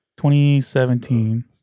2017